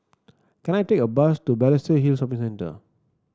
can I take a bus to Balestier Hill Shopping Centre